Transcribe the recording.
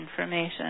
information